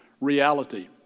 reality